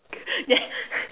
then